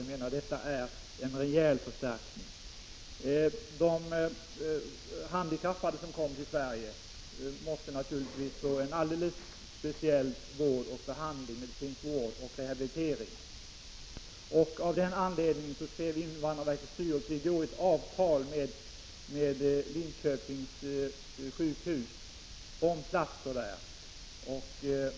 Jag menar att detta är en rejäl förstärkning. De handikappade som kommer till Sverige måste naturligtvis få en alldeles speciell behandling, i form av medicinsk vård och rehabilitering. Av det skälet träffade invandrarverkets styrelse i går ett avtal med Linköpings sjukhus om tillgång till platser där.